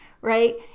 right